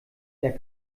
der